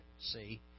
see